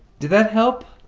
did that help?